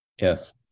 yes